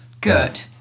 good